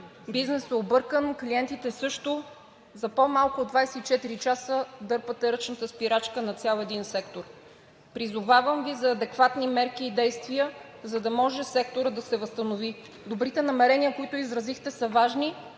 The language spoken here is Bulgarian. бизнесът е объркан, клиентите – също. За по-малко от 24 часа дърпате ръчната спирачка на цял един сектор. Призовавам Ви за адекватни мерки и действия, за да може секторът да се възстанови. Добрите намерения, които изразихте, са важни,